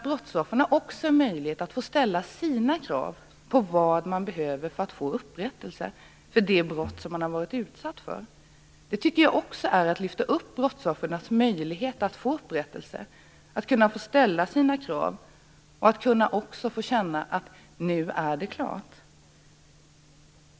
Brottsoffren skall också ha möjlighet att ställa sina krav på vad de behöver för att få upprättelse för det brott som de har varit utsatta för. Det tycker jag också är att lyfta upp brottsoffrens möjlighet att få upprättelse, att kunna få ställa sina krav och att kunna få känna att: Nu är det klart.